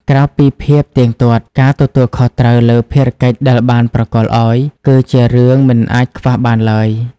ក្រៅពីភាពទៀងទាត់ ការទទួលខុសត្រូវលើភារកិច្ចដែលបានប្រគល់ឲ្យ គឺជារឿងមិនអាចខ្វះបានឡើយ។